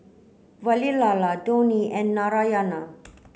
Vavilala Dhoni and Narayana